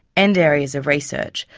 and areas of research,